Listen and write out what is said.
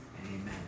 amen